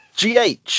gh